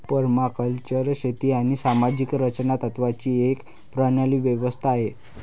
permaculture शेती आणि सामाजिक रचना तत्त्वांची एक प्रणाली व्यवस्था आहे